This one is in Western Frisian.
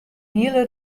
hiele